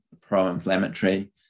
pro-inflammatory